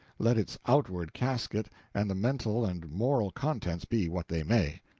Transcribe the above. let its outward casket and the mental and moral contents be what they may.